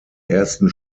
ersten